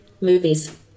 Movies